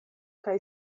kaj